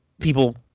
people